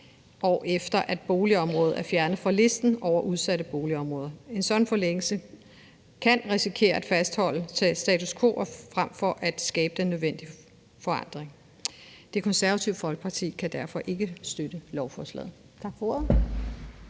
år, efter at boligområdet er fjernet fra listen over udsatte boligområder. En sådan forlængelse kan risikere at fastholde status quo frem for at skabe den nødvendige forandring. Det Konservative Folkeparti kan derfor ikke støtte lovforslaget.